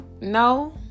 No